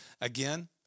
Again